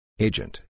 Agent